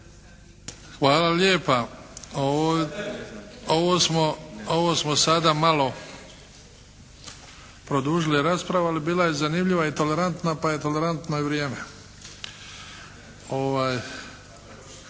Hvala lijepa. Ovo smo sada malo produžili raspravu, ali bila je zanimljiva i tolerantna pa je tolerantno i vrijeme.